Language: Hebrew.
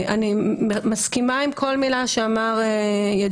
אני מסכימה עם כל מילה שאמר ידידי,